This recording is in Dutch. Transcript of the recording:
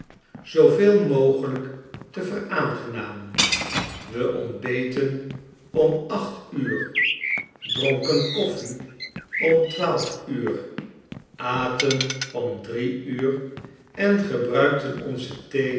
zooveel mogelijk te veraangenamen we ontbeten om acht uur dronken koffie om twaalf uur aten om drie uur en gebruikten onze